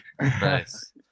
Nice